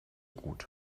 gut